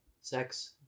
Sex